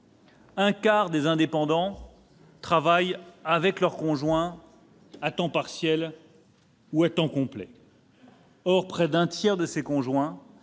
Un quart des indépendants travaillent avec leur conjoint, dans le cadre d'un temps partiel ou d'un temps complet. Or près d'un tiers de ces conjoints,